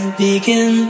begin